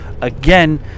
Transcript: again